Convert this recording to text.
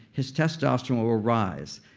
his testosterone will rise.